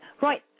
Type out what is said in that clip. Right